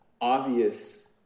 obvious